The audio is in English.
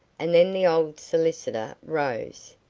and then the old solicitor rose.